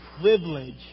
privilege